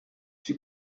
j’ai